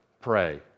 pray